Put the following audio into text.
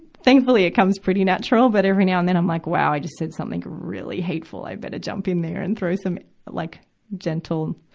thankfully, it comes pretty natural, but every now and then, i'm like, wow, i just said something really hateful. i better jump in there and throw some like gentle,